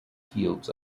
fields